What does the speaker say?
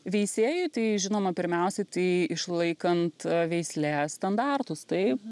veisėjui tai žinoma pirmiausiai tai išlaikant veislės standartus taip